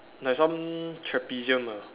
like some trapezium ah